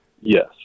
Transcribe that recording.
Yes